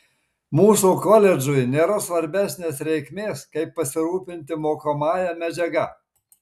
mūsų koledžui nėra svarbesnės reikmės kaip pasirūpinti mokomąja medžiaga